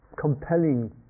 compelling